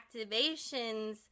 activations